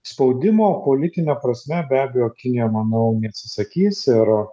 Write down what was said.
spaudimo politine prasme be abejo kinija manau neatsisakys ir